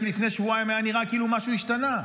כי לפני שבועיים היה נראה כאילו משהו השתנה.